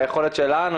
ביכולת שלנו,